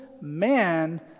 man